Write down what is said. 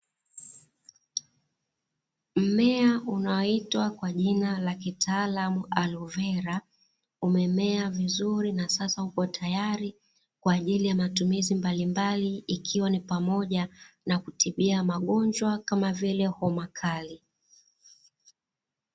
Mmea unaoitwa kwa jina la kitaalamu arovela, umemea vizuri na sasa upo tayari kwa ajili ya matumizi mbalimbali, ikiwa ni pamoja na kutibia magonjwa kama vile homa kali.